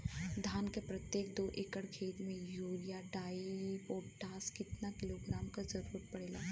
धान के प्रत्येक दो एकड़ खेत मे यूरिया डाईपोटाष कितना किलोग्राम क जरूरत पड़ेला?